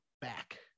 back